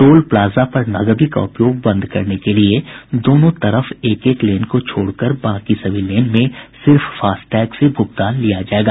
toll plaza पर नकदी का उपयोग बंद करने के लिए दोनों तरफ एक एक लेन को छोड़कर बाकी सभी लेन में सिर्फ फास्टैग से भूगतान लिया जाएगा